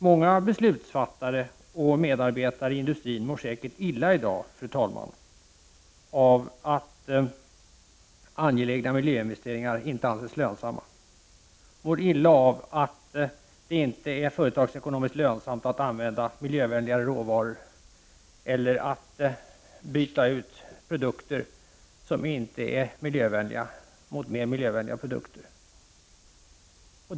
Många beslutsfattare och medarbetare i industrin mår säkert illa i dag av att angelägna miljöinvesteringar inte anses lönsamma och av att det inte är företagsekonomiskt lönsamt att använda miljövänligare råvaror eller att byta ut produkter som inte är miljövänliga mot mer miljövänliga produkter.